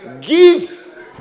Give